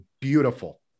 beautiful